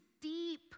deep